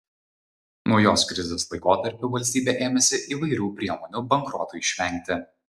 naujos krizės laikotarpiu valstybė ėmėsi įvairių priemonių bankrotui išvengti